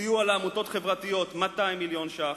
סיוע לעמותות חברתיות, 200 מיליון ש"ח,